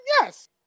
Yes